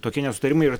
tokie nesutarimai ir